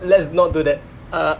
let's not do that err